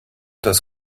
das